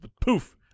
poof